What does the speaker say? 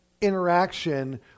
interaction